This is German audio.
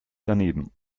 daneben